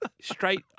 straight